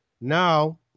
now